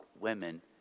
women